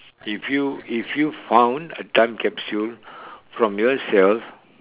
if you if you found a time capsule from yourself